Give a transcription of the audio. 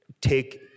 take